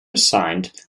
assigned